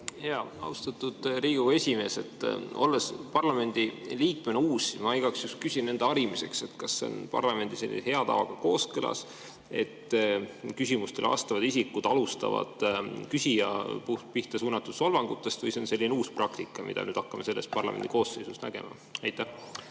nägema. Austatud Riigikogu esimees! Olles parlamendi liikmena uus, ma igaks juhuks küsin enda harimiseks, kas see on parlamendi hea tavaga kooskõlas, et küsimustele vastavad isikud alustavad küsija pihta suunatud solvangutest või see on selline uus praktika, mida me nüüd hakkame selles parlamendikoosseisus nägema.